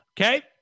okay